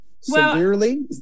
severely